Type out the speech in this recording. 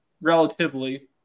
relatively